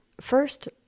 First